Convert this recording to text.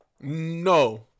No